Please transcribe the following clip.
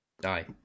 die